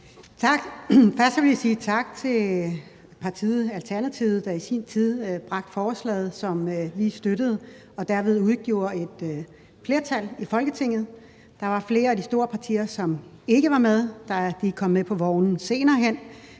Tak. Først vil jeg sige tak til partiet Alternativet, der i sin tid bragte forslaget op, som vi støttede, så der derved var et flertal i Folketinget. Der var flere af de store partier, som ikke var med. De er kommet med på vognen senere hen,